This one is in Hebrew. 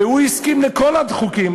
והוא הסכים לכל החוקים,